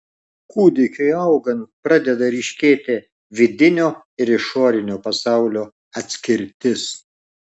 kūdikiui augant pradeda ryškėti vidinio ir išorinio pasaulio atskirtis